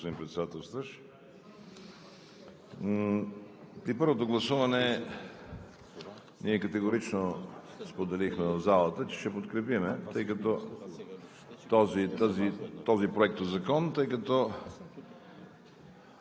първото гласуване ние категорично споделихме в залата, че ще подкрепим този проектозакон, тъй като